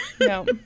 no